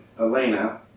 Elena